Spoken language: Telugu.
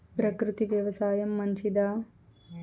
ప్రకృతి వ్యవసాయం మంచిదా?